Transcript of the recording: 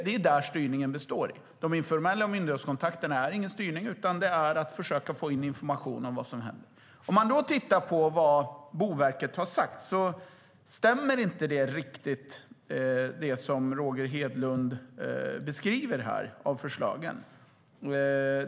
Det är däri styrningen består. De informella myndighetskontakterna är ingen styrning, utan de går ut på att försöka få in information om vad som händer. Om man ser till vad Boverket har sagt stämmer inte riktigt det som Roger Hedlund beskriver om förslagen.